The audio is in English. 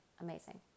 Amazing